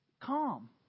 Calm